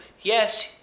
Yes